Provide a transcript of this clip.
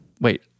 Wait